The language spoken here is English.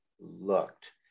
looked